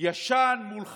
ישן מול חדש,